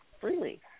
freely